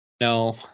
No